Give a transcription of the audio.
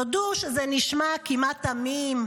תודו שזה נשמע כמעט תמים,